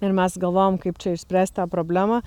ir mes galvojom kaip čia išspręst tą problemą